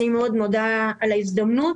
אני מאוד מודה על ההזדמנות.